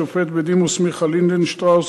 השופט בדימוס מיכה לינדנשטראוס,